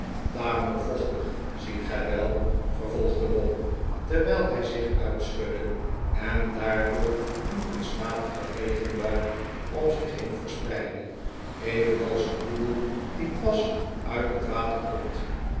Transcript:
tamelijk vochtig ziet gij wel vervolgde bob terwijl hij zich uitschudde en daardoor een kunstmatige regenbui om zich heen verspreidde evenals een poedel die pas uit het water komt